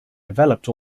developed